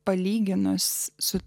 palyginus su